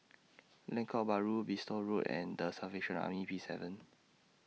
Lengkok Bahru Bristol Road and The Salvation Army Peacehaven